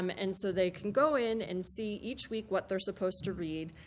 um and so they can go in, and see each week what they're supposed to read.